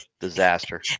disaster